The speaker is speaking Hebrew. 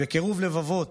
לקירוב לבבות,